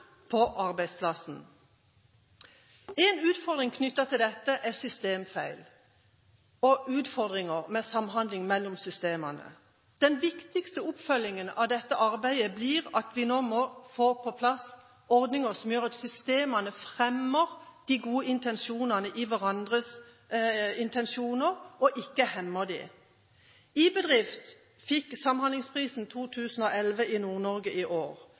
på arbeidsplassen. Én utfordring knyttet til dette er systemfeil og utfordringer med samhandling mellom systemene. Den viktigste oppfølgingen av dette arbeidet blir at vi nå må få på plass ordninger som gjør at systemene fremmer de gode intensjonene og ikke hemmer dem. Prosjektet «iBedrift» fikk Samhandlingsprisen 2011 i Nord-Norge i år.